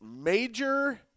major